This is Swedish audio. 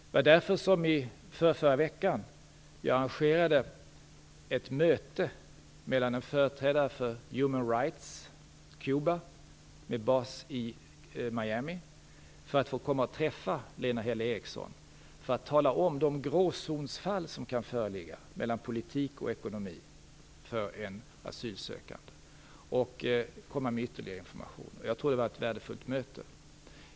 Det var därför jag i förrförra veckan arrangerade ett möte där en företrädare för Human Rights Cuba, baserat i Miami, fick komma och träffa Lena Häll Eriksson för att tala om de gråzonsfall mellan politik och ekonomi som kan föreligga för en asylsökande och komma med ytterligare information. Jag tror att det var ett värdefullt möte.